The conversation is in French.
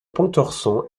pontorson